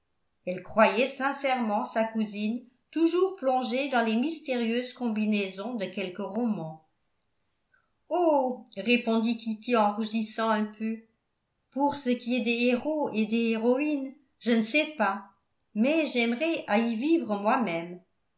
elle croyait sincèrement sa cousine toujours plongée dans les mystérieuses combinaisons de quelque roman oh répondit kitty en rougissant un peu pour ce qui est des héros et des héroïnes je ne sais pas mais j'aimerais à y vivre moi-même